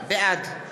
בעד